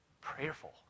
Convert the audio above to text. prayerful